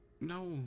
No